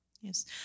Yes